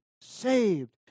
saved